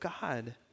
God